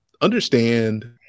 understand